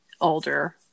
older